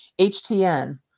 HTN